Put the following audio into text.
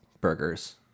burgers